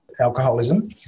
alcoholism